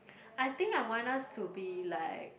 I think I want us to be like